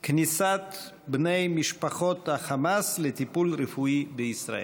כניסת בני משפחות החמאס לטיפול רפואי בישראל.